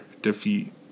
defeat